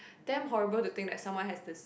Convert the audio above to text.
damn horrible to think that someone has to